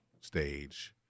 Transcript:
stage